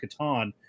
Catan